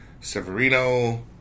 Severino